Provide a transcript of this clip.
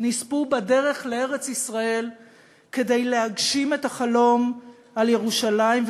נספו בדרך לארץ-ישראל כדי להגשים את החלום על ירושלים,